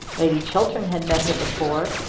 lady chiltern had met her before,